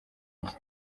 rye